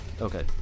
Okay